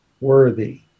worthy